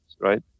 right